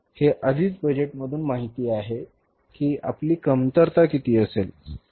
तर आम्हाला हे आधीच बजेटमधून माहित आहे की आपली कमतरता किती असेल